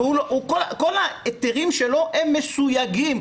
וכל ההיתרים שלו מסויגים.